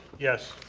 yes.